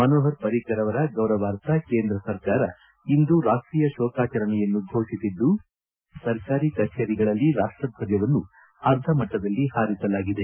ಮನೋಹರ್ ಪ್ರಿಕರ್ ಅವರ ಗೌರವಾರ್ಥ ಕೇಂದ್ರ ಸರ್ಕಾರ ಇಂದು ರಾಷ್ಟೀಯ ಶೋಕಾಚರಣೆಯನ್ನು ಘೋಷಿಸಿದ್ದು ದೇಶಾದ್ಯಂತ ಸರ್ಕಾರಿ ಕಚೇರಿಗಳಲ್ಲಿ ರಾಷ್ಟಧ್ವಜವನ್ನು ಅರ್ಧಮಟ್ಟದಲ್ಲಿ ಹಾರಿಸಲಾಗಿದೆ